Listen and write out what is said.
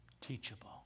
Teachable